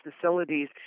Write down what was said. facilities